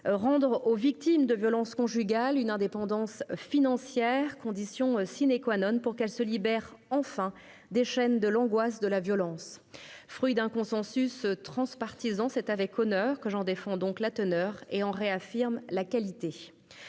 rendre aux victimes de violences conjugales une indépendance financière, condition pour qu'elles se libèrent enfin des chaînes de l'angoisse de la violence. Ce texte est le fruit d'un consensus transpartisan. C'est avec honneur que j'en défends donc la teneur et en réaffirme la qualité.